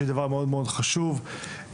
שהיא דבר חשוב מאוד ועל